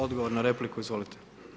Odgovor na repliku, izvolite.